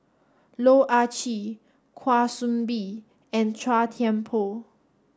Loh Ah Chee Kwa Soon Bee and Chua Thian Poh